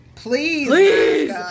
please